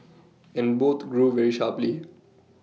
and both grew very sharply